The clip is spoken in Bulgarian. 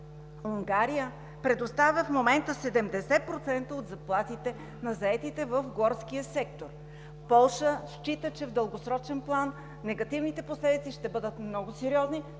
Унгария предоставя в момента 70% от заплатите на заетите в горския сектор. Полша счита, че в дългосрочен план негативните последици ще бъдат много сериозни,